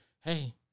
hey